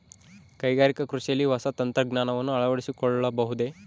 ಕೈಗಾರಿಕಾ ಕೃಷಿಯಲ್ಲಿ ಹೊಸ ತಂತ್ರಜ್ಞಾನವನ್ನ ಅಳವಡಿಸಿಕೊಳ್ಳಬಹುದೇ?